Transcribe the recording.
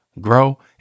grow